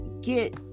get